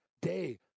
Day